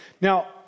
Now